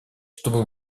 чтобы